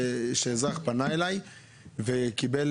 אזרח פנה אליי אחרי שקיבל